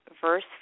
verse